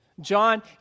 John